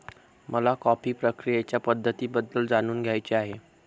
मला कॉफी प्रक्रियेच्या पद्धतींबद्दल जाणून घ्यायचे आहे